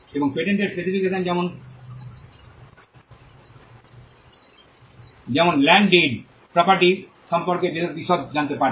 এবং পেটেন্টের স্পেসিফিকেশন যেমন ল্যান্ড ডিড প্রপার্টি সম্পর্কে বিশদ জানাতে পারে